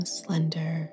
slender